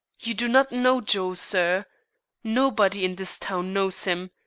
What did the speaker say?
you do not know joe, sir nobody in this town knows him.